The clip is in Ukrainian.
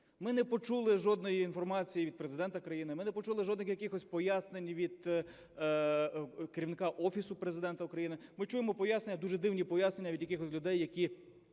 Ми не почули жодної інформації від Президента країни, ми не почули жодних якихось пояснень від Керівника Офісу Президента України. Ми чуємо пояснення, дуже дивні пояснення від якихось людей, які